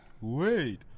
Wait